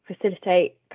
facilitate